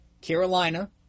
Carolina